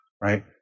right